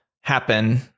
happen